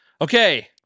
Okay